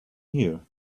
here